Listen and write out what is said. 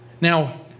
Now